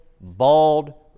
bald